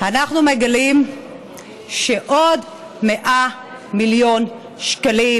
אנחנו מגלים שעוד 100 מיליון שקלים